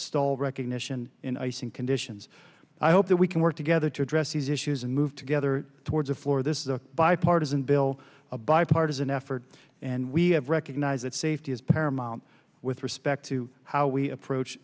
stall recognition in icing conditions i hope that we can work together to address these issues and move together towards a floor this is a bipartisan bill a bipartisan effort and we have recognized that safety is paramount with respect to how we approach